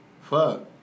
Fuck